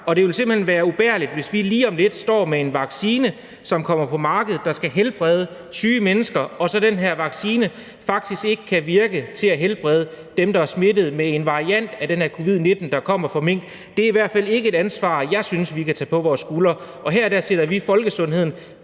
hen være ubærligt, hvis vi lige om lidt står med en vaccine, som kommer på markedet, og som skal hjælpe mennesker, og den her vaccine så faktisk ikke kan virke og hjælpe dem med ikke at blive smittet med en variant af den her covid-19, der kommer fra mink. Det er i hvert fald ikke et ansvar, jeg synes vi kan tage på vores skuldre, og her sætter vi folkesundheden